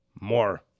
more